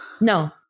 No